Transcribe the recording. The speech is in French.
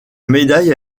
médaille